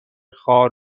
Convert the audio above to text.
خار